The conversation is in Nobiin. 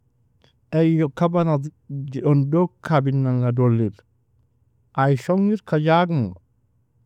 Eyu kaba nadi jondog kabinanga dollir. Ay shongir ka jagmou.